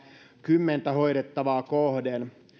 kymmentä hoidettavaa kohden